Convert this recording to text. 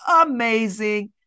amazing